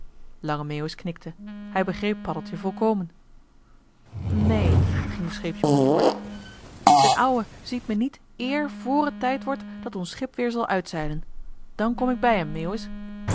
lange meeuwis knikte hij begreep paddeltje volkomen neen ging de scheepsjongen voort d'n ouwe ziet me niet eer vr het tijd wordt dat ons schip weer zal uitzeilen dan kom ik bij hem meeuwis